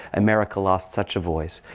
america lost such a voice.